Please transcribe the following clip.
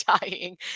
dying